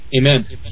Amen